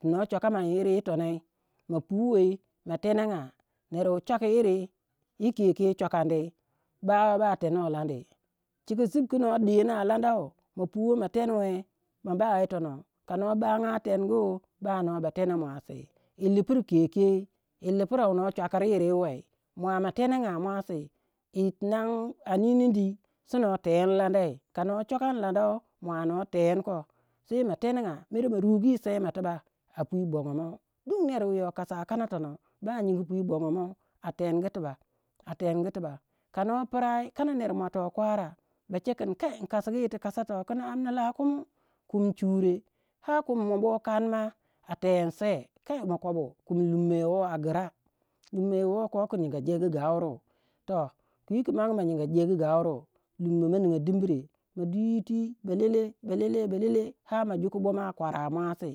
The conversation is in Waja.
Tu no chuakandi yiri yitonoui, ma puwei ma tenega ner wu chuaki yiri yi keke chuakandi bawe ba tenou lande, chike zep ki nou dini a landou ma puwei ma tenwe ma ba yitonoh ka no benga tengu, ba noh ba tena muasi yi lipiri keke yi lipira wu no chuaki yir yi wei mua ma tenaga muasi yi- tinang anini dyi si noh teni landoui, ka noh chuakan landou mua noh tendi ko sei ma tenaga mere ma rugi sei moh tubak a pui bongou moh kana wono ner wu yoh kasa kona tonoh ba nyingi pwi bongou mou a tengu tubak a tengu tubak ka noh pirai kana ner muatou kwara ba che kin kai ing inkasigu yir ti kasai toh kin amna lah kumi kum chure har kumi mo bo kane ma a tenu seyo. Ai ma kobu kumi lummo yo woh a gira lumoh you ko ku nyinga jegu gauru. Toh kwi ki magu ma nyinga jegu gauru lummo moh ninga dimbre ma dwi yiti belele beleye balele har ma juku boma kwara muasi